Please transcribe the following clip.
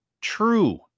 true